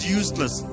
useless